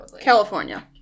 California